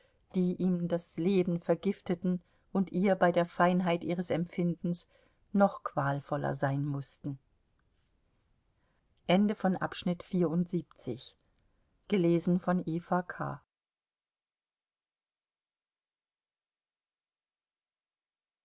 die ihm das leben vergifteten und ihr bei der feinheit ihres empfindens noch qualvoller sein mußten